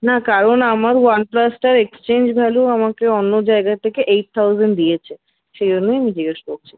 না কারণ আমার ওয়ান প্লাসটার এক্সচেঞ্জ ভ্যালু আমাকে অন্য জায়গা থেকে এইট থাউসেন্ড দিয়েছে সেই জন্যই আমি জিজ্ঞেস করছি